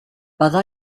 bydda